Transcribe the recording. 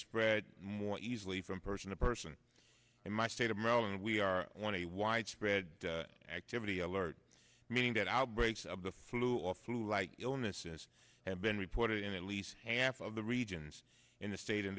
spread more easily from person to person in my state of maryland we are want a widespread activity alert meaning that outbreaks of the flu or flu like illnesses have been reported in at least half of the regions in the state